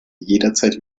jederzeit